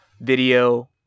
video